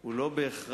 הוא לא בהכרח